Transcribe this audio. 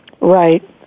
Right